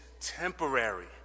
temporary